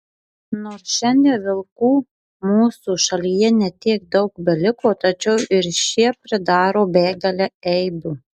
nors šiandien vilkų mūsų šalyje ne tiek daug beliko tačiau ir šie pridaro begalę eibių